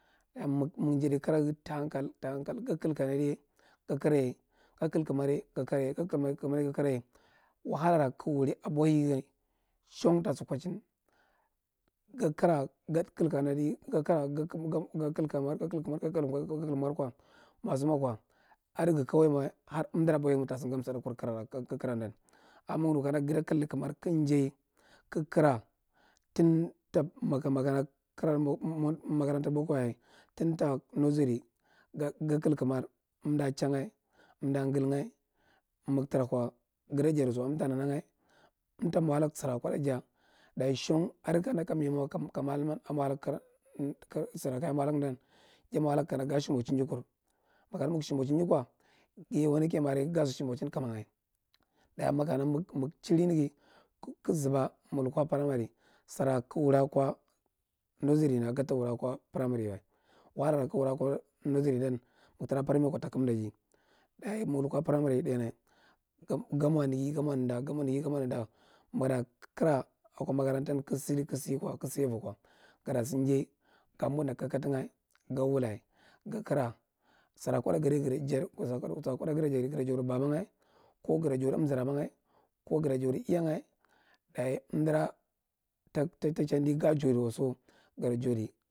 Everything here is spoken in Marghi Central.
Mig- mig nyaɗai kara ga ta lankal ta hankal, ka kil kamdi ye ga kara ye, ga kil kamar ye ga karanye, wahadara kig wuri ahwahi gan shang ta so kwachin ya kan ga kil kanadi ga kil kamar kwa, masa mwa kwa, ado ga ma wa har amdara abwahiya ma ta sa ngadi msiɗakur kara kig kara adan. Amma migmu kana gada kilda kamar kig njai kig kura makarantar boko yaye tum ta nusery ga kal kamar amda changa, amda ngiinga mig tara kwa gaa jahi suwa amta nananga, amta mwa lag sara kuɗa jada dayi shang adi kana ka mimawa sara kaja mwa lag ndan, ja mwa lag kara ga shimochinji kur makana ga shimochinji kara, gaye wanake mare tar gasa shimochin kamanga. Dayi makana mig- mig chiri naga kig zaba kig lukwa primary, sara kig wuri akwa primary wa. Wahaka ra kig wuri akwa nurseru gan mig lukwa primary kwa ta kamda ji. Dayi mig lukwa primary ye ɗainya, ga mwa nagd ga mwa nanda, ga mwa ndgd ga mwa ntanda, mig ra kara akwa makarantun kig sadi kig sa kwa, kig sa aiwi kwa gada sa njai ga mbunda kakkadanga ga wula, ga kara, sara kuɗa gada jadi gada jan babanga ko gada jandi amzaramanga ko gada jandi iyanga, dayi amdara tag- ta chandi ga jandi wa so gada jandi.